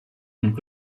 und